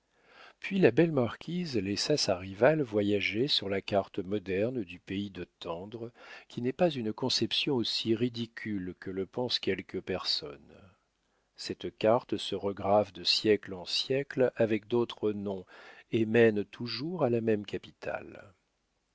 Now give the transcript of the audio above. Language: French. puis la belle marquise laissa sa rivale voyager sur la carte moderne du pays de tendre qui n'est pas une conception aussi ridicule que le pensent quelques personnes cette carte se regrave de siècle en siècle avec d'autres noms et mène toujours à la même capitale